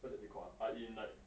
what do they call ah uh in like